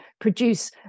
produce